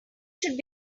should